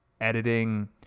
editing